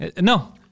No